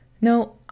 No